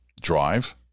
drive